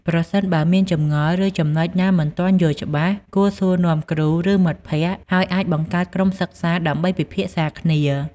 ប្រសិនបើមានចម្ងល់ ឬចំណុចណាមិនទាន់យល់ច្បាស់ គួរសួរនាំគ្រូ ឬមិត្តភក្តិ ហើយអាចបង្កើតក្រុមសិក្សាដើម្បីពិភាក្សាគ្នា។